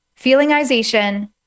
feelingization